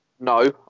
No